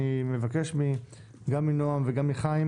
אני מבקש גם מנעם וגם מחיים,